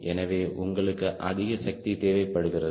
எனவே உங்களுக்கு அதிக சக்தி தேவைப்படுகிறது